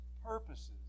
purposes